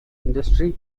industry